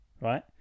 right